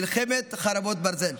מלחמת חרבות ברזל.